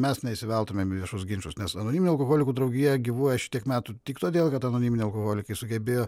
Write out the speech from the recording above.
mes neįsiveltumėm į viešus ginčus nes anoniminių alkoholikų draugija gyvuoja šitiek metų tik todėl kad anoniminiai alkoholikai sugebėjo